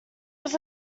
was